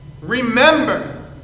Remember